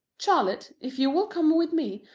charlotte, if you will come with me,